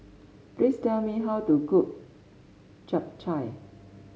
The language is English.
please tell me how to cook Chap Chai